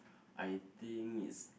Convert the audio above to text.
I think it's